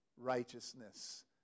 righteousness